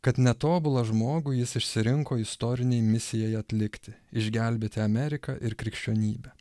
kad netobulą žmogų jis išsirinko istorinei misijai atlikti išgelbėti ameriką ir krikščionybę